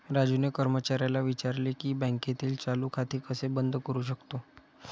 राजूने कर्मचाऱ्याला विचारले की बँकेतील चालू खाते कसे बंद करू शकतो?